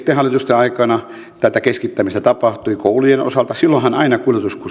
aikana tätä keskittämistä tapahtui koulujen osalta silloinhan aina